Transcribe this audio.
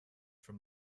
from